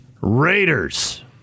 Raiders